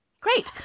Great